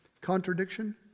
contradiction